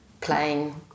playing